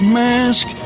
mask